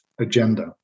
agenda